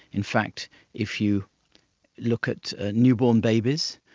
in fact if you look at newborn babies,